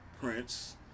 Prince